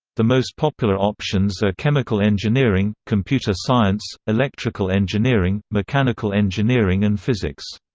the most popular options are chemical engineering, computer science, electrical engineering, mechanical engineering and physics.